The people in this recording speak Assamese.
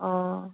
অঁ